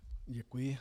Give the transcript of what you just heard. Děkuji.